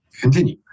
continue